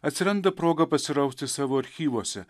atsiranda proga pasirausti savo archyvuose